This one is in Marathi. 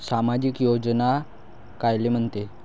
सामाजिक योजना कायले म्हंते?